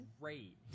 great